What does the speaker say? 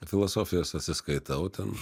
filosofijos atsiskaitau ten